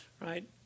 right